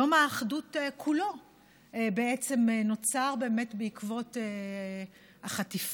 יום האחדות כולו בעצם נוצר באמת בעקבות החטיפה,